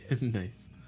Nice